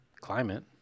climate